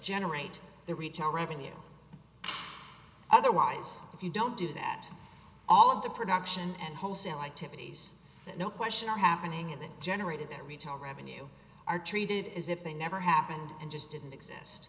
generate the retail revenue otherwise if you don't do that all of the production and wholesale like tiffany's that no question are happening and that generated that retail revenue are treated as if they never happened and just didn't exist